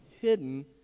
hidden